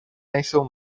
nejsou